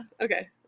Okay